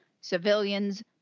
civilians